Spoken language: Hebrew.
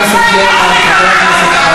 אמרת שאתה רוצה להוציא אותו מפה?